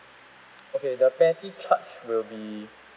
okay the penalty charge will be